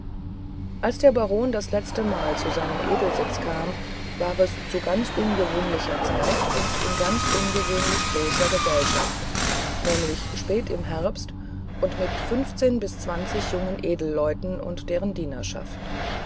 als der baron das letztemal zu seinem edelsitze kam war es zu ganz ungewöhnlicher zeit und in ganz ungewöhnlich großer gesellschaft nämlich spät im herbst und mit fünfzehn bis zwanzig jungen edelleuten und deren dienerschaft